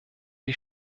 die